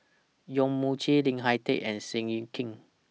Yong Mun Chee Lim Hak Tai and Seow Yit Kin